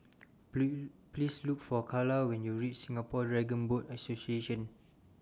Please Look For Karla when YOU REACH Singapore Dragon Boat Association